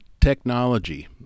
technology